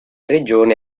regione